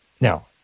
Now